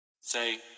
Say